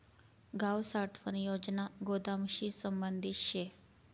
गाव साठवण योजना गोदामशी संबंधित शे